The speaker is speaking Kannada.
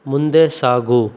ಮುಂದೆ ಸಾಗು